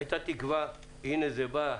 היתה תקווה הנה זה בא,